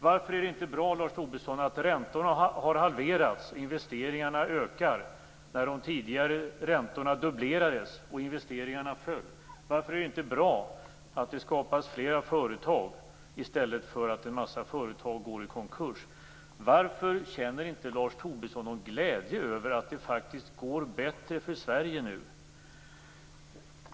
Varför är det inte bra att räntorna har halverats och att investeringarna ökar när de tidigare räntorna dubblerades och investeringarna föll? Varför är det inte bra att det skapas flera företag i stället för att många företag går i konkurs? Varför känner inte Lars Tobisson någon glädja över att det nu faktiskt går bättre för Sverige?